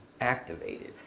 activated